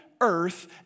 earth